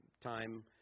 time